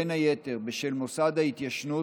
בין היתר בשל מוסד ההתיישנות,